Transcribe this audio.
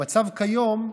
המצב כיום,